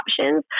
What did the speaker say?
options